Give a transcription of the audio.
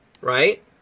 right